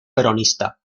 peronista